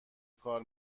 کار